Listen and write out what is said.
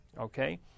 okay